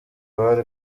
bari